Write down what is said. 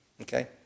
Okay